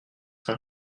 rien